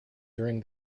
during